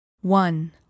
one